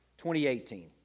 2018